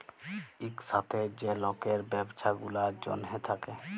ইকসাথে যে লকের ব্যবছা গুলার জ্যনহে থ্যাকে